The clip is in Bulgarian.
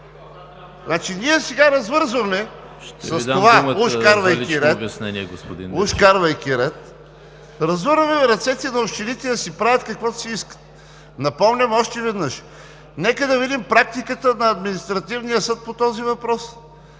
Мирчев. МАНОЛ ГЕНОВ: …уж, вкарвайки ред, ръцете на общините да си правят каквото си искат. Напомням още веднъж, нека да видим практиката на Административния съд по този въпрос.